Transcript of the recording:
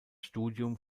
studium